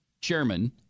chairman